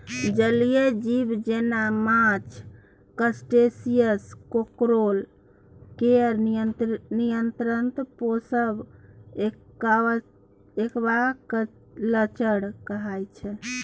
जलीय जीब जेना माछ, क्रस्टेशियंस, काँकोर केर नियंत्रित पोसब एक्वाकल्चर कहय छै